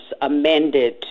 amended